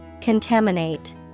Contaminate